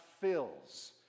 fills